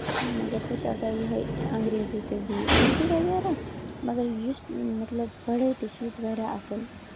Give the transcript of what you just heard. مَگر سۄ چھِ آسان یہوے اَنگریزی تہٕ بیٚیہِ اُردو وغیرہ مَگر یُس مطلب پَڑٲے تہِ چھِ ییٚتہِ واریاہ اَصٕل